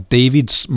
Davids